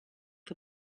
for